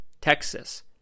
Texas